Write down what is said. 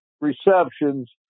receptions